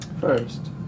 first